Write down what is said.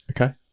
Okay